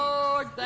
Lord